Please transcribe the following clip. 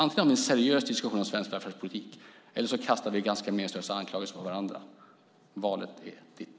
Antingen har vi en seriös diskussion om svensk välfärdspolitik, eller också kastar vi ganska meningslösa anklagelser på varandra. Valet är ditt.